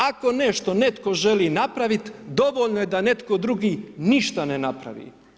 Ako neto nešto želi napraviti dovoljno je da netko drugi ništa ne napravi.